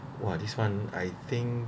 !wah! this one I think